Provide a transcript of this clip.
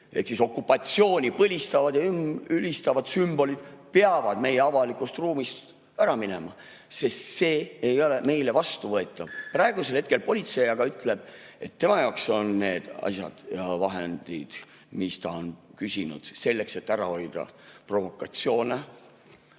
– okupatsiooni põlistavad ja ülistavad sümbolid peavad meie avalikust ruumist ära minema, sest see ei ole meile vastuvõetav. Praegusel hetkel politsei aga ütleb, et tema jaoks on need asjad ja vahendid, mis ta on küsinud selleks, et ära hoida provokatsioone,